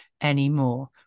anymore